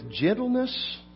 gentleness